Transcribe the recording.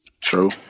True